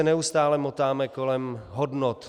Neustále se motáme kolem hodnot.